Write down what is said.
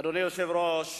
אדוני היושב-ראש,